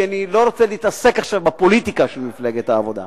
כי אני לא רוצה להתעסק עכשיו בפוליטיקה של מפלגת העבודה.